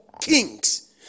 kings